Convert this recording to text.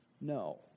No